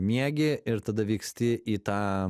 miegi ir tada vyksti į tą